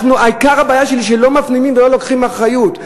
עיקר הבעיה שלי, שלא מפנימים ולא מקבלים אחריות.